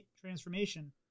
transformation